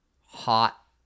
hot